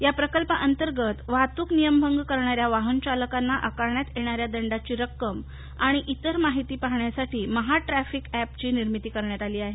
या प्रकल्पाअंतर्गत वाहतूक नियमभंग करणाऱ्या वाहनचालकांना आकारण्यात येणाऱ्या दंडाची रक्कम आणि इतर माहिती पाहण्यासाठी महाट्रूफिक अॅपची निर्मिती करण्यात आली आहे